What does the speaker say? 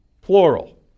plural